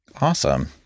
Awesome